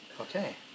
Okay